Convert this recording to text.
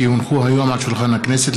כי הונחו היום על שולחן הכנסת,